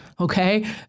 okay